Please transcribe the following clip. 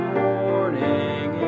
morning